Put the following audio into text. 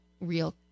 real